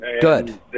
Good